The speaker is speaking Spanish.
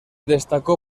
destacó